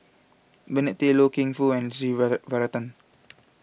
Bernard Tan Loy Keng Foo and S Varathan